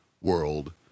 world